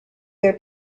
their